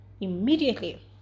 immediately